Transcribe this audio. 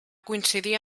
coincidir